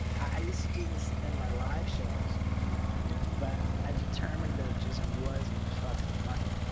i used to do this in my live shows but i determined that it just wasn't fucking funny.